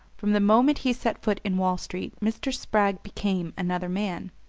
from the moment he set foot in wall street mr. spragg became another man.